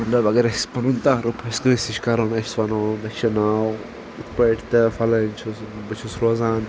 مطلب اگر أسۍ پنُن تعارُف آسہِ کٲنسہِ نِش کَرُن أسۍ ونو اسہِ چھُ ناو یِتھ پٲٹھۍ تہٕ فلٲنۍ چھُس بہٕ چھُس روزان